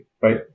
right